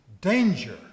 Danger